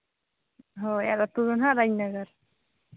ᱦᱳᱭ ᱟᱨ ᱟᱛᱳ ᱫᱚ ᱱᱟᱦᱟᱸᱜ ᱨᱟᱡᱽᱱᱚᱜᱚᱨ